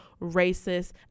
racist